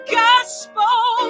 gospel